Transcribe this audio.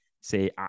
say